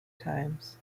times